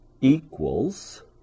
equals